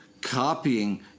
copying